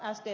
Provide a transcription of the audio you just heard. rajamäki